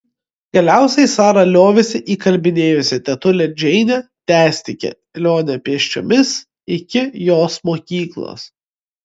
galiausiai sara liovėsi įkalbinėjusi tetulę džeinę tęsti kelionę pėsčiomis iki jos mokyklos